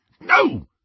No